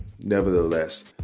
nevertheless